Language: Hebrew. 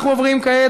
אנחנו עוברים כעת,